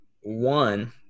One